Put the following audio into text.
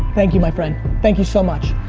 thank you, my friend. thank you so much.